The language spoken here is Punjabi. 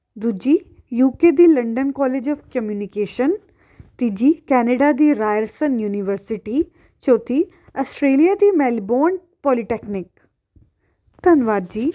ਦੂਜੀ ਯੂ ਕੇ ਦੀ ਲੰਡਨ ਕੋਲੇਜ ਔਫ ਕਮਿਊਨੀਕੇਸ਼ਨ ਤੀਜੀ ਕੈਨੇਡਾ ਦੀ ਰਾਇਰਸਨ ਯੂਨੀਵਰਸਿਟੀ ਚੌਥੀ ਆਸਟ੍ਰੇਲੀਆ ਦੀ ਮੈਲਬੋਰਨ ਪੋਲੀਟੈਕਨਿਕ ਧੰਨਵਾਦ ਜੀ